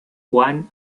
juan